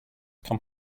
come